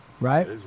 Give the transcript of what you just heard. right